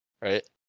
right